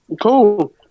cool